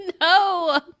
no